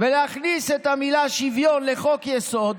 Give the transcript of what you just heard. ולהכניס את המילה "שוויון" לחוק-יסוד,